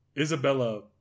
Isabella